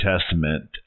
testament